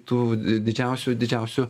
tų didžiausių didžiausių